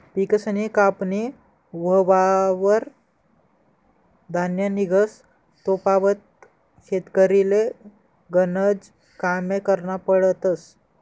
पिकसनी कापनी व्हवावर धान्य निंघस तोपावत शेतकरीले गनज कामे करना पडतस